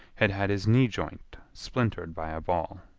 had had his knee joint splintered by a ball.